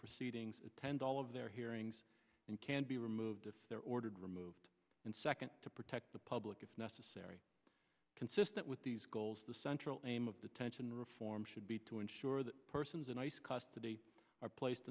proceedings attend all of their hearings and can be removed if they're ordered removed and second to protect the public if necessary consistent with these goals the central aim of detention reform should be to ensure that persons in ice custody are placed